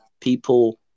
people